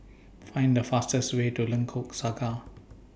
Find The fastest Way to Lengkok Saga